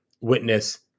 witness